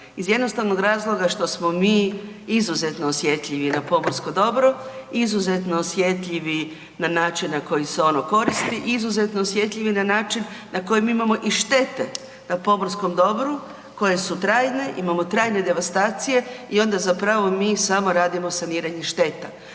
iz jednostavnog razloga što smo mi izuzetno osjetljivi na pomorsko dobro, izuzetno osjetljivi na način na koji se oni koristi, izuzetno osjetljivi način na koji mi imamo i štete na pomorskom dobru koje su trajne, imamo trajne devastacije i onda zapravo mi samo radimo saniranje šteta.